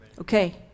Okay